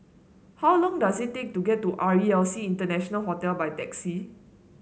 how long does it take to get to R E L C International Hotel by taxi